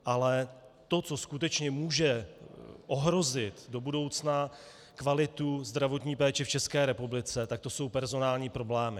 Ale to, co skutečně může ohrozit do budoucna kvalitu zdravotní péče v České republice, to jsou personální problémy.